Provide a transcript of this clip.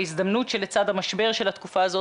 ההזדמנות שלצד המשבר של התקופה הזאת,